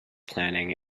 planning